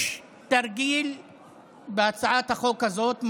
יש תרגיל בהצעת החוק הזאת,